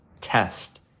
test